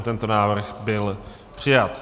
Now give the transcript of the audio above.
Tento návrh byl přijat.